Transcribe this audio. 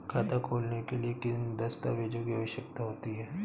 खाता खोलने के लिए किन दस्तावेजों की आवश्यकता होती है?